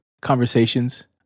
conversations